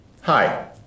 Hi